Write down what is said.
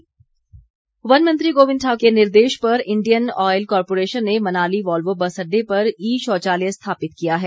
ई toilet वन मंत्री गोविंद ठाकुर के निर्देश पर इंडियन ऑयल कॉरपोरेशन ने मनाली वॉल्वो बस अड्डे पर ई शौचालय स्थापित किया है